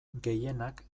gehienak